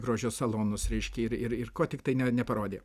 grožio salonus reiškia ir ir ir ko tiktai ne neparodė